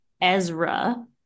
Ezra